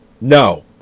No